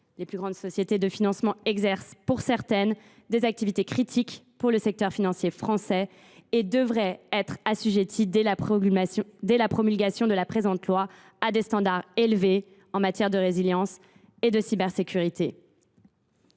Les plus grandes sociétés de financement exercent, pour certaines, des activités critiques pour le secteur financier français et devraient être assujetties dès la promulgation de la loi à des standards élevés en matière de résilience et de cybersécurité.